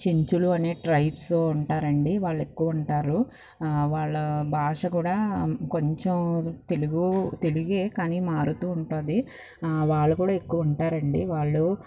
చెంచులు అనే ట్రైబ్స్ ఉంటారండి వాళ్ళు ఎక్కువ ఉంటారు వాళ్ళ భాష కూడా కొంచెం తెలుగు తెలుగే కానీ మారుతు ఉంటుంది వాళ్ళు కూడా ఎక్కువ ఉంటారండి వాళ్ళు